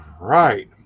right